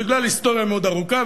בגלל היסטוריה מאוד ארוכה,